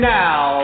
now